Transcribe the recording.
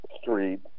street